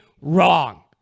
wrong